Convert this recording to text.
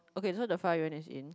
okay so the fire unit is in